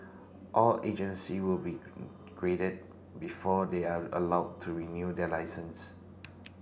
all agency will be graded before they are allowed to renew their licence